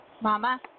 Mama